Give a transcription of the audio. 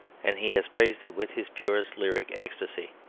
and he has praised it with his purest lyric ecstasy.